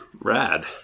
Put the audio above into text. Rad